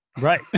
Right